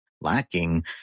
lacking